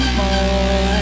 more